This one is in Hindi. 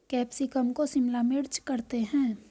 कैप्सिकम को शिमला मिर्च करते हैं